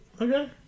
Okay